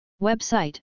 Website